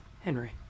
Henry